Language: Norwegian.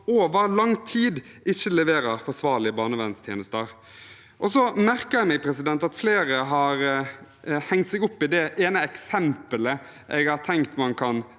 over lang tid ikke leverer forsvarlige barnevernstjenester. Så merker jeg meg at flere har hengt seg opp i det ene eksempelet jeg har tenkt at man